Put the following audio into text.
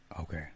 okay